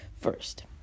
first